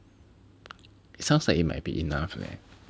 it sounds like it might be enough leh